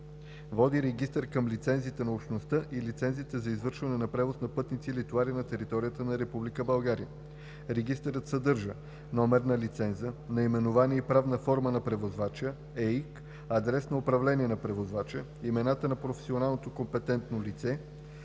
води регистър към лицензите на Общността и лицензите за извършване на превоз на пътници или товари на територията на Република България. Регистърът съдържа –№ на лиценза, наименование и правна форма на превозвача, ЕИК, адрес на управление на превозвача, имената на професионално компетентното лице,